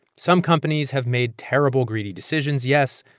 some companies have made terrible greedy decisions, yes.